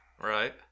Right